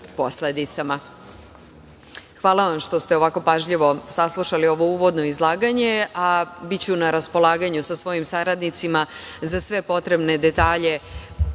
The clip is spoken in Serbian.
posledicama. Hvala vam što ste ovako pažljivo saslušali ovo uvodno izlaganje, a biću na raspolaganju sa svojim saradnicima za sve potrebne detalje